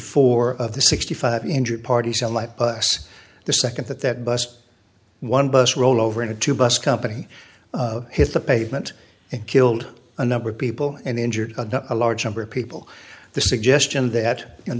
four of the sixty five injured parties and let us the second that that bus one bus roll over in a two bus company hit the pavement and killed a number of people and injured a large number of people the suggestion that in